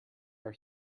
are